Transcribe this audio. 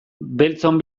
beltzon